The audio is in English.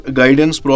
guidance